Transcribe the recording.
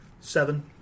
seven